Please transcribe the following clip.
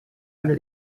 under